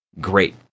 great